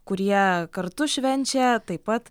kurie kartu švenčia taip pat